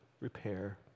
repair